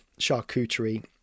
charcuterie